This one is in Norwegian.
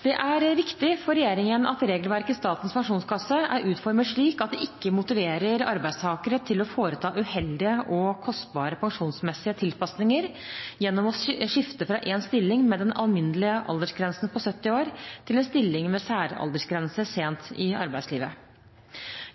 Det er viktig for regjeringen at regelverket i Statens pensjonskasse er utformet slik at det ikke motiverer arbeidstakere til å foreta uheldige og pensjonsmessig kostbare tilpasninger gjennom å skifte fra en stilling med den alminnelige aldersgrensen på 70 år til en stilling med særaldersgrense sent i arbeidslivet.